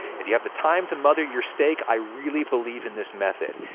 if you have the time to mother your steak, i really believe in this method.